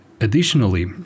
Additionally